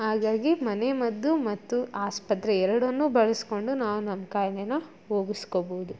ಹಾಗಾಗಿ ಮನೆ ಮದ್ದು ಮತ್ತು ಆಸ್ಪತ್ರೆ ಎರಡನ್ನೂ ಬಳಸಿಕೊಂಡು ನಾವು ನಮ್ಮ ಕಾಯಿಲೆನ ಹೋಗಿಸ್ಕೊಳ್ಬಹುದು